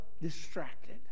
distracted